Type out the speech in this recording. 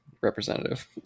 representative